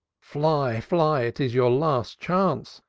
fly, fly it is your last chance,